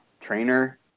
trainer